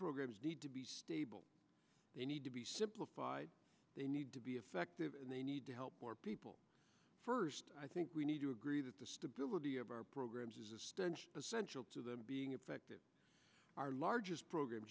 programs need to be stable they need to be simplified they need to be effective and they need to help poor people first i think we need to agree that the stability of our programs is a stench essential to them being effective our largest program